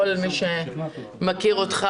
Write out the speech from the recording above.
כל מי שמכיר אותך,